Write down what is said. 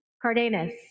Cardenas